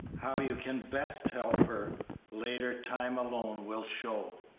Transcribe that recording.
how you can best help her later time alone will show.